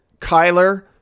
Kyler